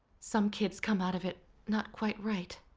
some kids come out of it not quite right.